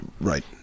Right